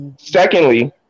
Secondly